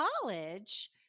college